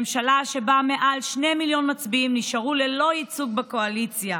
ממשלה שבה מעל שני מיליון מצביעים נשארו ללא ייצוג בקואליציה.